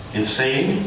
insane